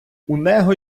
унего